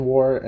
War